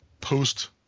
post